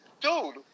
dude